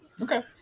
okay